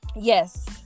yes